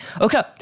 Okay